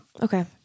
Okay